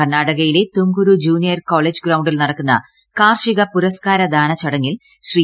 കർണാടകയിലെ Tumakuru junior college ഗ്രൌണ്ടിൽ നടക്കുന്ന കാർഷിക പുരസ്കാരദാന ചടങ്ങിൽ ശ്രീ